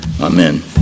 Amen